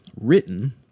written